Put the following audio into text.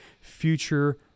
future